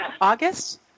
August